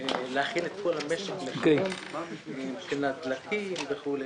להכין את כל המשק לחירום מבחינת דלקים וכולי.